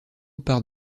part